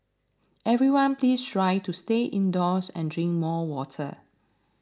everyone please try to stay indoors and drink more water